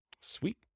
Sweet